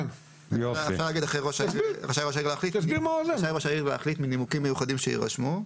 רשאי ראש העיר להחליט מנימוקים מיוחדים שיירשמו.